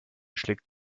schlägt